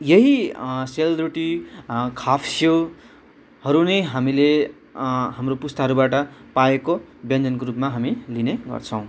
यही सेलरोटी खाप्स्योहरू नै हामीले हाम्रो पुस्ताहरूबाट पाएको व्यञ्जनको रूपमा हामी लिने गर्छौँ